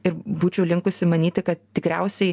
ir būčiau linkusi manyti kad tikriausiai